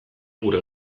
gure